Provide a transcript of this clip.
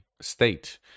state